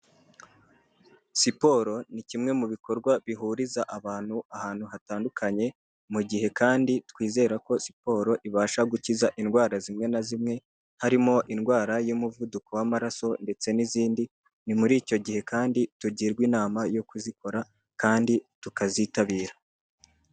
Siporo ni kimwe mu bikorwa bihuriza abantu ahantu hatandukanye mu gihe kandi twizera ko siporo ibasha gukiza indwara zimwe na zimwe, harimo indwara y'umuvuduko w'amaraso ndetse n'izindi, ni muri icyo gihe kandi tugirwa inama yo kuzikora kandi tukazitabira.